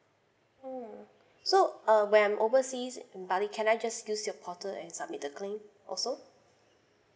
mm so uh when I'm overseas in bali can I just use your portal and submit the claim also